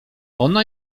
ona